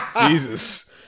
Jesus